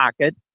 pocket